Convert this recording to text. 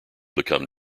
become